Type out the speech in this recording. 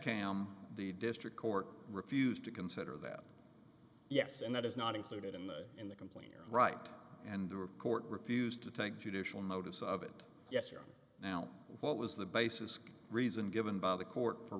cam the district court refused to consider that yes and that is not included in the in the complaint right and there were court refused to take judicial notice of it yes or now what was the basis reason given by the court for